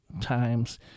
times